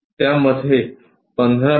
त्यामध्ये 15 मि